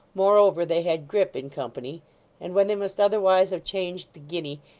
moreover they had grip in company and when they must otherwise have changed the guinea,